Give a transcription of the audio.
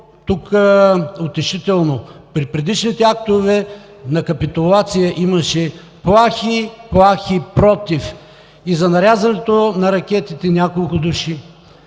утешително. При предишните актове на капитулация имаше плахи, плахи „против“ – и за нарязването на рекетите – няколко души,